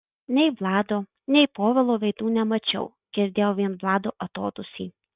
nei vlado nei povilo veidų nemačiau girdėjau vien vlado atodūsį